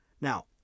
Now